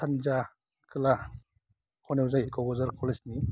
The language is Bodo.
सानजा खोला ख'नायाव जायो क'क्राझार कलेजनि